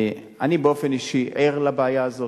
אני באופן אישי ער לבעיה הזאת.